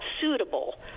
suitable